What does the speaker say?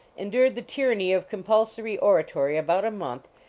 endured the tyranny of compulsory oratory about a month,